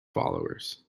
followers